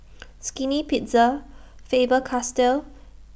Skinny Pizza Faber Castell